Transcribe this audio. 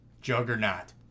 juggernaut